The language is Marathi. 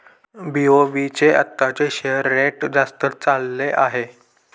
बी.ओ.बी चे आताचे शेअर रेट जास्तच चालले आहे